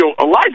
Elijah